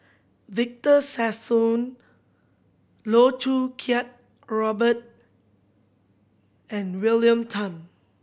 Victor Sassoon Loh Choo Kiat Robert and William Tan